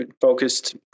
focused